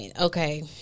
okay